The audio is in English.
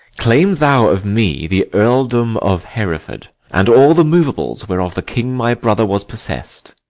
claim thou of me the earldom of hereford, and all the movables whereof the king my brother was possess'd.